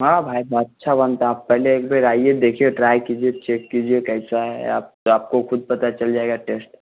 हाँ भाई ब अच्छा बनता है आप पहले एक बार आइए देखिए ट्राई कीजिए चेक कीजिए कैसा है आप तो आपको खुद पता चल जाएगा टेस्ट